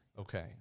Okay